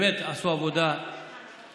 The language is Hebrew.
הן באמת עשו עבודה מקצועית.